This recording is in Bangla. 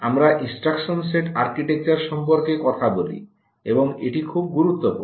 আমরা ইনস্ট্রাকশন সেট আর্কিটেকচার সম্পর্কে কথা বলি এবং এটি গুরুত্ব পূর্ণ